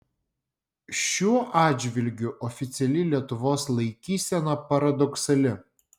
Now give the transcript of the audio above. šiuo atžvilgiu oficiali lietuvos laikysena paradoksali